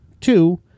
Two